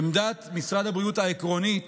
עמדת משרד הבריאות העקרונית